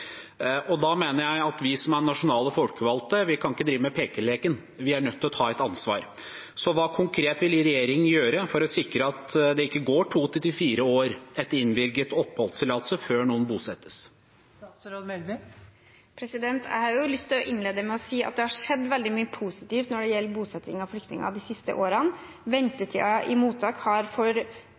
ta ansvar. Så hva vil regjeringen konkret gjøre for å sikre at det ikke går to til fire år etter innvilget oppholdstillatelse, før noen bosettes? Jeg har lyst til å innlede med å si at det har skjedd veldig mye positivt når det gjelder bosetting av flyktninger de siste årene. Ventetiden i mottak har